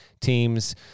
teams